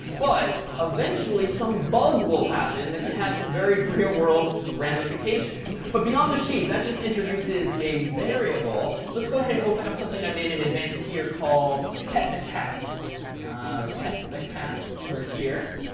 but eventually some bug will happen that can have some very real world ramifications. but beyond the sheep, that just introduces a variable. let's go ahead and open up something i made in advance here called pet the cat pet the cat over here.